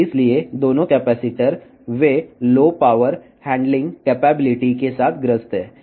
కాబట్టి ఈ రెండు కెపాసిటర్లు కూడా తక్కువ శక్తి నిర్వహణ సామర్థ్యం సమస్య ని కలిగి ఉంటాయి